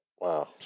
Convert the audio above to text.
Wow